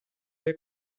või